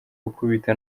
gukubita